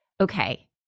Okay